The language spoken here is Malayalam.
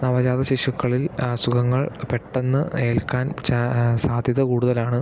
നവജാത ശിശുക്കളിൽ അസുഖങ്ങൾ പെട്ടെന്ന് ഏൽക്കാൻ ചാ സാധ്യത കൂടുതലാണ്